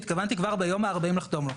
התכוונתי כבר ביום ה-40 לחתום לו.